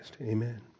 Amen